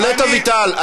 קולט אביטל,